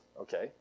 okay